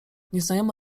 nieznajomy